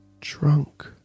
drunk